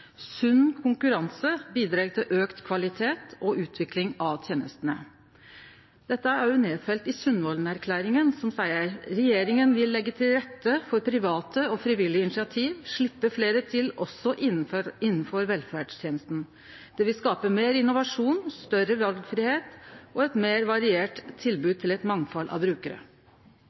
Sunn konkurranse bidreg til betre kvalitet og utvikling av tenestene. Dette er også nedfelt i Sundvolden-erklæringa, som seier: «Regjeringen vil legge til rette for private og frivillige initiativ, og slippe flere til også innen velferdstjenesten. Det vil skape mer innovasjon, større valgfrihet og et mer variert tilbud til et mangfold av brukere.»